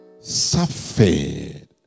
suffered